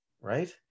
Right